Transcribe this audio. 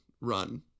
run